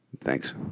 thanks